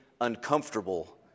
uncomfortable